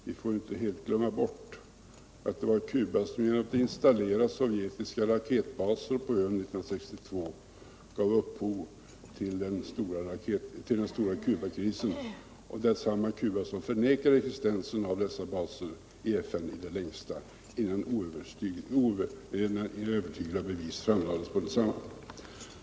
Vi får inte helt glömma bort att det var Cuba som genom att installera sovjetiska raketbaser på ön 1962 gav upphov till den stora Cubakrisen — och det är samma Cuba som i FN i det längsta förnekade existensen av dessa baser, innan övertygande bevis framlades.